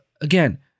Again